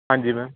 ਹਾਂਜੀ ਮੈਮ